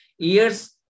Ears